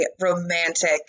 romantic